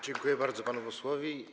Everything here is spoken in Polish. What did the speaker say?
Dziękuję bardzo panu posłowi.